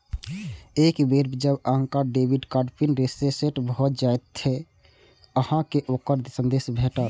एक बेर जब अहांक डेबिट कार्ड पिन रीसेट भए जाएत, ते अहांक कें ओकर संदेश भेटत